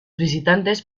visitantes